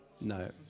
No